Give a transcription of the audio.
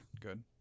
good